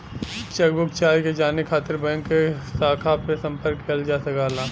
chequebook charge के जाने खातिर बैंक के शाखा पे संपर्क किहल जा सकला